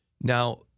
Now